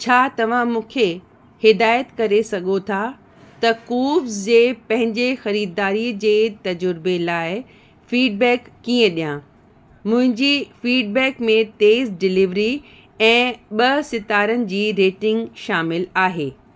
छा तव्हां मूंखे हिदायतु करे सघो था त कूव्स ते पंहिंजे ख़रीदारीअ जे तज़ुर्बे लाइ फ़ीडबैक कींय ॾियां मुंहिंजी फ़ीडबैक में तेज़ डिलेविरी ऐं ॿ सितारनि जी रेटिंग शामिलु आहे